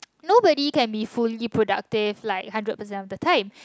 nobody can be fully productive like hundred percent all the time